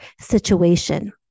situation